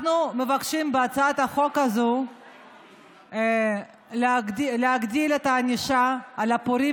אנחנו מבקשים בהצעת החוק הזו להגדיל את הענישה לפורעים